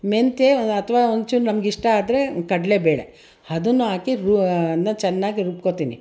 ಮೆಂತ್ಯ ಅಥವಾ ಒಂಚೂರು ನಮಗಿಷ್ಟ ಆದರೆ ಕಡಲೇಬೇಳೆ ಅದನ್ನು ಹಾಕಿ ರು ಅದನ್ನ ಚೆನ್ನಾಗಿ ರುಬ್ಕೊಳ್ತೀನಿ